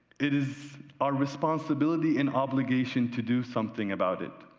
it is our responsibility and obligation to do something about it.